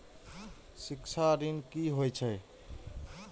शिक्षा ऋण की होय छै?